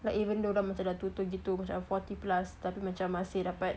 like even though dorang dah macam tua tua gitu macam forty plus tapi macam masih dapat